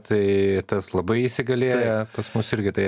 tai tas labai įsigalėja pas mus irgi tai